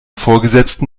vorgesetzten